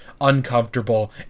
uncomfortable